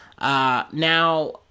Now